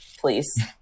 please